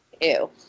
Ew